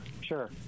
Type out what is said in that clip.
Sure